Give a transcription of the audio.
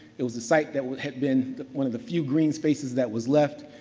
it was a site that would have been one of the few green spaces that was left.